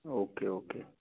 okay okay